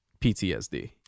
PTSD